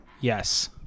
yes